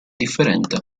differente